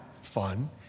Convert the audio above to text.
fun